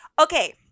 Okay